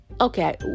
okay